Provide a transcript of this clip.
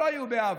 שלא היו בעבר,